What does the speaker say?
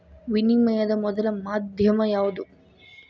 ವಿನಿಮಯದ ಮೊದಲ ಮಾಧ್ಯಮ ಯಾವ್ದು